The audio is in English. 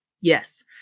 Yes